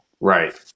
Right